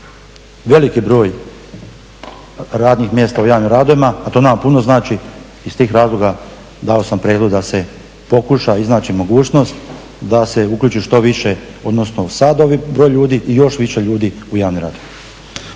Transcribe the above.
veliki broj radnih mjesta u javnim radovima, a to nama puno znači, iz tih razloga dao sam prijedlog da se pokuša iznaći mogućnost da se uključi što više odnosno sad ovaj broj ljudi i još više ljudi u javne radove.